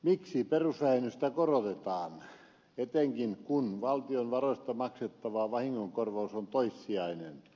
miksi perusvähennystä korotetaan etenkin kun valtion varoista maksettava vahingonkorvaus on toissijainen